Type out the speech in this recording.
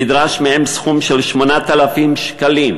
נדרש מהם סכום של 8,000 שקלים,